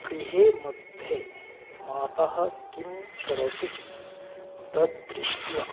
गृहे मध्ये माता किं करोति तद्दृष्ट्वा